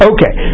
Okay